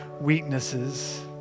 weaknesses